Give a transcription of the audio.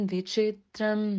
Vichitram